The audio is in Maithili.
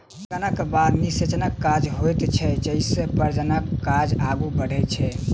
परागणक बाद निषेचनक काज होइत छैक जाहिसँ प्रजननक काज आगू बढ़ैत छै